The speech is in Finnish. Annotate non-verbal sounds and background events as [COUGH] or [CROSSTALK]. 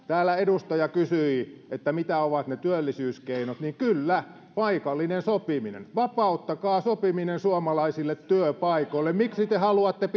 [UNINTELLIGIBLE] täällä edustaja kysyi mitä ovat ne työllisyyskeinot kyllä paikallinen sopiminen vapauttakaa sopiminen suomalaisille työpaikoille miksi te haluatte [UNINTELLIGIBLE]